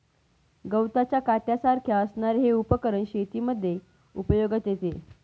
गवताच्या काट्यासारख्या असणारे हे उपकरण शेतीमध्ये उपयोगात येते